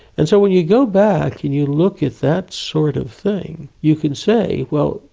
and so when you go back and you look at that sort of thing, you can say, well,